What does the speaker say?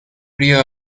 area